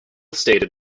stated